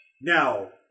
Now